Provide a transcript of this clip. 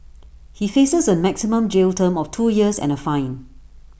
he faces A maximum jail term of two years and A fine